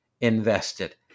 invested